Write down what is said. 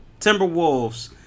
Timberwolves